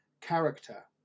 character